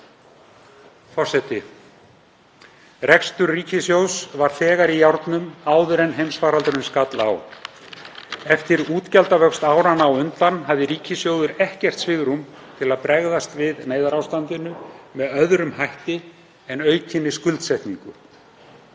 Rekstur ríkissjóðs var þegar í járnum áður en heimsfaraldurinn skall á. Eftir útgjaldavöxt áranna á undan hafði ríkissjóður ekkert svigrúm til að bregðast við neyðarástandinu með öðrum hætti en aukinni skuldsetningu.